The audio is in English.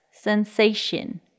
sensation